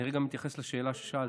אני מתייחס רגע לשאלה ששאלת.